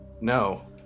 No